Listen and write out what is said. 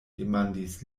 demandis